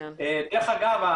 דרך אגב,